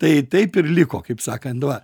tai taip ir liko kaip sakant va